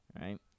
right